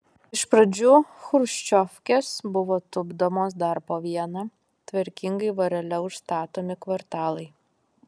iš pradžių chruščiovkės buvo tupdomos dar po vieną tvarkingai vorele užstatomi kvartalai